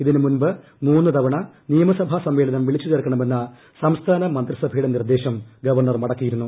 ഇതിന്റിമുമ്പ് മൂന്നുതവണ നിയമസഭാ സമ്മേളനം വിളിച്ചുചേർക്കണ്മെന്ന സംസ്ഥാന മന്ത്രിസഭയുടെ നിർദ്ദേശം ഗവർണർ മടക്കിയിരുന്നു